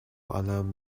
قلم